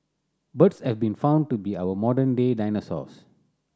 birds have been found to be our modern day dinosaurs